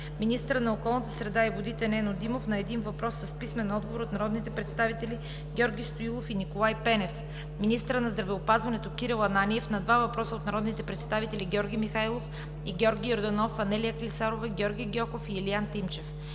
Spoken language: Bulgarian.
министърът на околната среда и водите Нено Димов – на един въпрос с писмен отговор от народните представители Георги Стоилов и Николай Пенев; - министърът на здравеопазването Кирил Ананиев – на два въпроса от народните представители Георги Михайлов; и Георги Йорданов, Анелия Клисарова, Георги Гьоков и Илиян Тимчев;